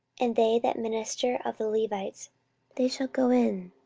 and they that minister of the levites they shall go in,